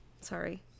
sorry